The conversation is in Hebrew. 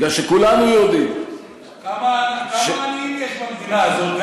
מפני שכולנו יודעים, כמה עניים יש במדינה הזאת?